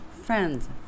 friends